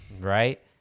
Right